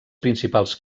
principals